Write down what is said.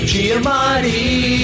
Giamatti